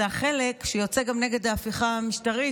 זה החלק שיוצא גם נגד ההפיכה המשטרית